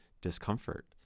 discomfort